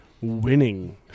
winning